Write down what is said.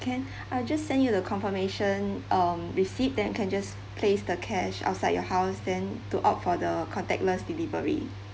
can I'll just send you the confirmation um receipt that can just place the cash outside your house then to opt for the contactless delivery